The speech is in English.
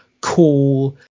cool